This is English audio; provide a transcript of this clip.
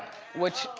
which,